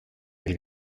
del